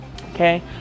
Okay